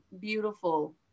beautiful